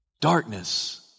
Darkness